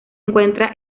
encuentra